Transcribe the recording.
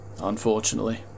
Unfortunately